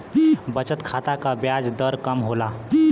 बचत खाता क ब्याज दर कम होला